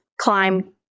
climb